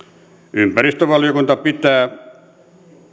ympäristövaliokunta pitää